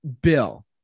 Bill